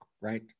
Right